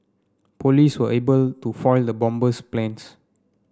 police were able to foil the bomber's plans